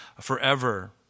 forever